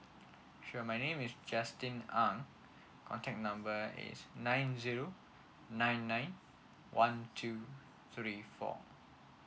sure my name is justin ang contact number is nine zero nine nine one two three four